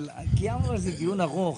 אבל קיימנו על זה דיון ארוך,